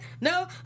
No